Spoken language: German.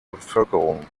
bevölkerung